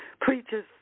preachers